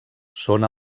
són